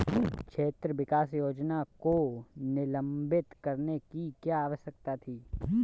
क्षेत्र विकास योजना को निलंबित करने की क्या आवश्यकता थी?